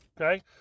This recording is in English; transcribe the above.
Okay